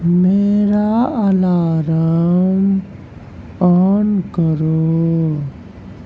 میرا alarm on کرو